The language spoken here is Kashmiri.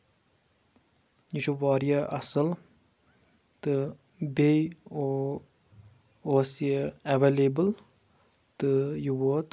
یہِ چھُ واریاہ اَصٕل تہٕ بیٚیہِ او اوس یہِ ایویلیبٕل تہٕ یہِ ووت